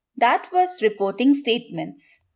that was reporting statements.